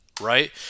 Right